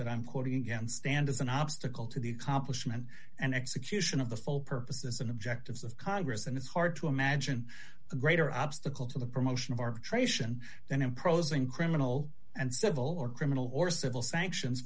that i'm quoting again stand as an obstacle to the accomplishment and execution of the full purposes and objectives of congress and it's hard to imagine a greater obstacle to the promotion of arbitration than a prosing criminal and civil or criminal or civil sanctions